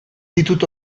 ditut